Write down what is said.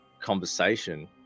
conversation